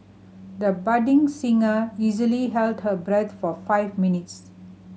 the budding singer easily held her breath for five minutes